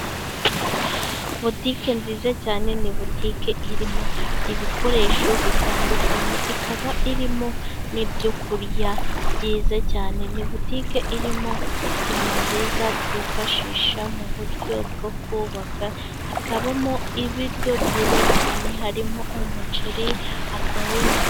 Butike nziza cyane ni butike irimo ibikoresho bitandukanye ikaba irimo n'ibyo kurya byiza cyane, ni butike irimo sima nziza twifashisha mu buryo bwo kubaka, ikabamo ibiryo byiza cyane harimo: umuceri, akawunga.